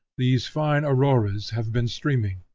these fine auroras have been streaming.